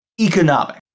economic